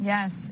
Yes